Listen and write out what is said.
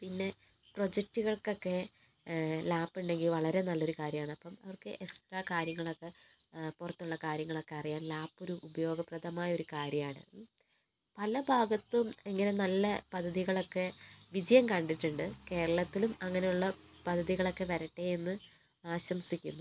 പിന്നെ പ്രൊജക്ടുകൾക്കൊക്കെ ലാപ്പ് ഉണ്ടെങ്കിൽ വളരെ നല്ലൊരു കാര്യമാണ് അപ്പം അവർക്ക് എക്സ്ട്ര കാര്യങ്ങളൊക്കെ പുറത്തുള്ള കാര്യങ്ങളൊക്കെ അറിയാൻ ലാപ്പ് ഒരു ഉപയോഗപ്രദമായ ഒരു കാര്യമാണ് ഉം പല ഭാഗത്തും ഇങ്ങനെ നല്ല പദ്ധതികളൊക്കെ വിജയം കണ്ടിട്ടുണ്ട് കേരളത്തിലും അങ്ങനെയുള്ള പദ്ധതികളൊക്കെ വരട്ടേ എന്ന് ആശംസിക്കുന്നു